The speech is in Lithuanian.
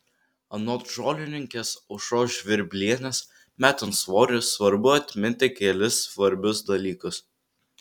anot žolininkės aušros žvirblienės metant svorį svarbu atminti kelis svarbius dalykus